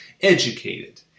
educated